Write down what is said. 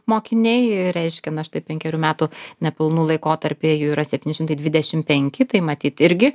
mokiniai reiškia na štai penkerių metų nepilnų laikotarpyje jų yra septyni šimtai dvidešim penki tai matyt irgi